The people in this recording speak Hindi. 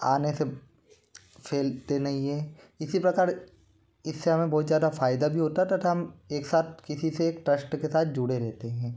आने से फैलते नहीं है इसी प्रकार इस से हमें बहुत ज़्यादा फ़ायदे भी होता तथा हम एक साथ किसी से एक ट्रस्ट के साथ जुड़े रेहते हैं